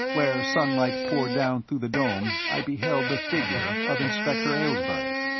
where sunlight poured down through the dome, i beheld the figure of inspector aylesbury.